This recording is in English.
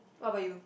what about you